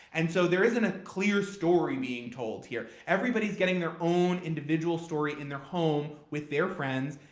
and so there isn't a clear story being told here. everybody's getting their own individual story in their home with their friends.